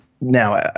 Now